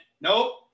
nope